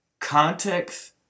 context